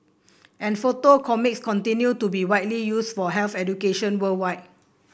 and photo comics continue to be widely used for health education worldwide